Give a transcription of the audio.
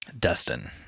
Dustin